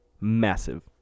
Massive